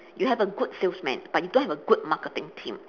you have a good salesman but you don't have a good marketing team